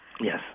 Yes